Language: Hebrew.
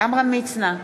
עמרם מצנע,